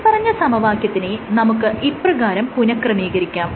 മേല്പറഞ്ഞ സമവാക്യത്തിനെ നമുക്ക് ഇപ്രകാരം പുനഃക്രമീകരിക്കാം